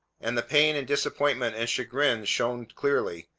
and the pain and disappointment and chagrin shone clearly,